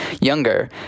younger